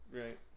Right